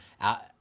out